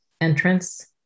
entrance